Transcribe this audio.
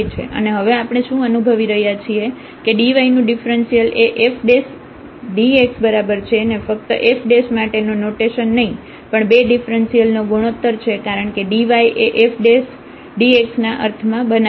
અને હવે આપણે શું અનુભવી રહ્યાં છીએ કે dyનું ડિફરન્સીઅલ એ f dx બરાબર છે તે ફક્ત fમાટેનો નોટેશન નહિ પણ બે ડિફરન્સીઅલ નો ગુણોત્તર છે કારણ કે dy એ f dxના અર્થ માં બનવે છે